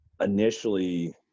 initially